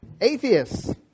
Atheists